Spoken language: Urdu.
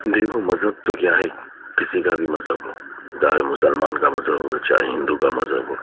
دیکھو مذہب تو کیا ہے کسی کا بھی مذہب ہو چاہے مسلمان کا مذہب ہو چاہے ہندو کا مذہب ہو